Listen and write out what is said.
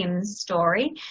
story